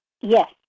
Yes